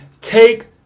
take